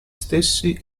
stessi